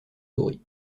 souris